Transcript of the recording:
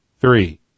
three